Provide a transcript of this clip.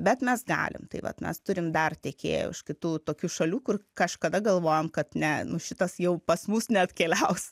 bet mes galim tai vat mes turim dar tiekėjų iš kitų tokių šalių kur kažkada galvojom kad ne nu šitas jau pas mus neatkeliaus